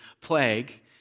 plague